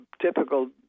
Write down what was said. typical